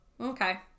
okay